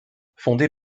fondée